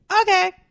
okay